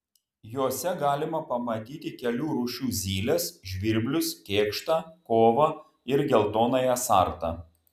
jose galima pamatyti kelių rūšių zyles žvirblius kėkštą kovą ir geltonąją sartą